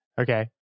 Okay